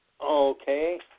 Okay